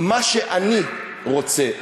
מה שאני רוצה.